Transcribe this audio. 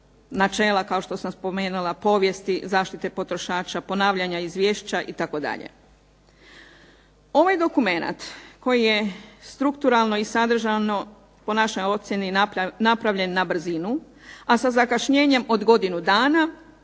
načela kao što sam spomenula povijesti zaštite potrošača, ponavljanja izvješća itd. Ovaj dokumenat koji je strukturalno i sadržajno po našoj ocjeni napravljen na brzinu, a sa zakašnjenjem od godinu dana,